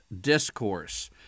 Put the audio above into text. Discourse